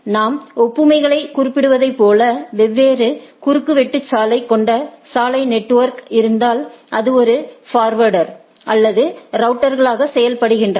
நாம் ஒப்புமைகளைக் குறிப்பிடுவதைப் போல வெவ்வேறு குறுக்குவெட்டுசாலை கொண்ட சாலை நெட்வொர்க் இருந்தால் அது ஒருஃபார்வேர்டர் அல்லது ரவுட்டர்களாக செயல்படுகிறது